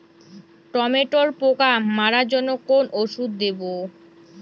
টমেটোর পোকা মারার জন্য কোন ওষুধ দেব?